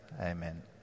amen